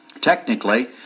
Technically